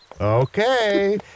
Okay